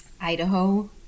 Idaho